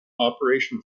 operation